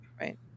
Right